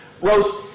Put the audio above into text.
wrote